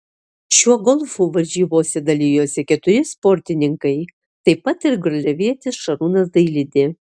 šiuo golfu varžybose dalijosi keturi sportininkai taip pat ir garliavietis šarūnas dailidė